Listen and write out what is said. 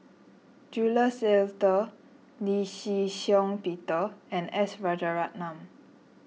Jules Itier Lee Shih Shiong Peter and S Rajaratnam